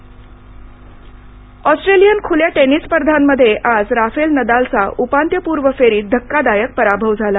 Australian Open Australian खुल्या tennis स्पर्धांमध्ये आज राफेल नदालचा उपांत्य पूर्व फेरीत धक्कादायक पराभव झाला